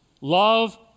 love